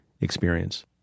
experience